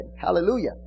Hallelujah